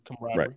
right